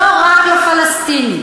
לא רק לפלסטינים.